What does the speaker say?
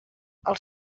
els